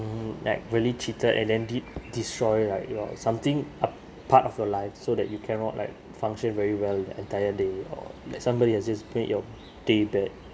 oh like really cheated and then did destroy like your something a part of your life so that you cannot like function very well the entire day or like somebody has just made your day bad